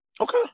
Okay